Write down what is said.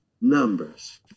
Numbers